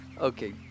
Okay